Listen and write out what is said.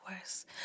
worse